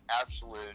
absolute